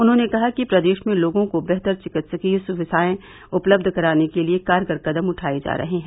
उन्होंने कहा कि प्रदेश में लोगों को बेहतर चिकित्सीय स्वास्थ्य सुक्धियें उपलब्ध कराने के लिए कारगर कदम उठाये जा रहे हैं